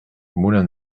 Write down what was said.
moulin